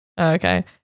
Okay